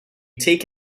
take